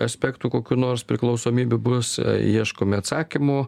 aspektų kokių nors priklausomybių bus ieškome atsakymų